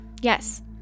Yes